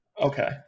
Okay